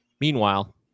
meanwhile